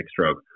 stroke